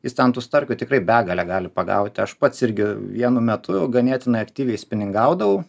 jis ten tų starkių tikrai begalę gali pagauti aš pats irgi vienu metu ganėtinai aktyviai spiningaudavau